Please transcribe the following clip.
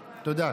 תודה.